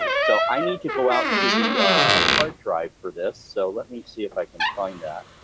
so i need to go out to the hard drive for this, so let me see if i can find that.